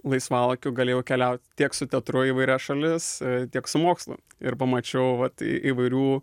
laisvalaikiu galėjau keliaut tiek su teatru į įvairias šalis tiek su mokslu ir pamačiau vat į įvairių